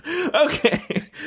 Okay